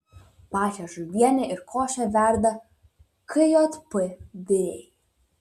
pačią žuvienę ir košę verda kjp virėjai